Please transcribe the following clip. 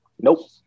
Nope